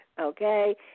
okay